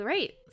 Right